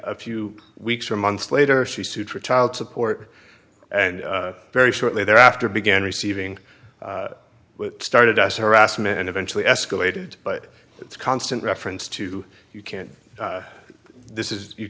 a few weeks or months later she sued for child support and very shortly thereafter began receiving started as harassment and eventually escalated but its constant reference to you can't this is you